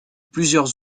plusieurs